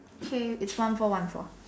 okay it's one four one four